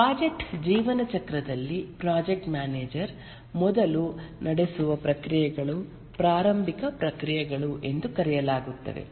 project ಜೀವನಚಕ್ರದಲ್ಲಿ project manager ಮೊದಲು ನಡೆಸುವ ಪ್ರಕ್ರಿಯೆಗಳು ಪ್ರಾರಂಭಿಕ ಪ್ರಕ್ರಿಯೆಗಳು ಎಂದು ಕರೆಯಲಾಗುತ್ತವೆ